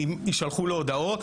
ויישלחו לו הודעות.